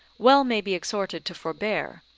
well may be exhorted to forbear,